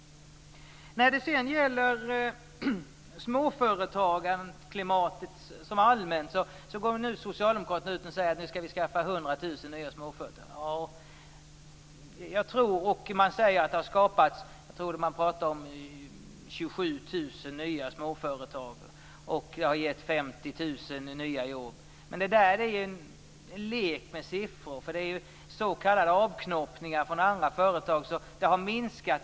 När det gäller småföretagarklimatet i allmänhet går socialdemokraterna nu ut och säger att man skall skapa 100 000 nya småföretag. Man säger att det har skapats 27 000 nya småföretag och att det har givit 50 000 nya jobb. Det är en lek med siffror. Det är s.k. avknoppningar från andra företag.